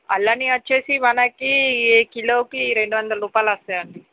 అల్లనివి వచ్చి మనకి కిలోకి రెండు వందల రూపాయలు వస్తాయండి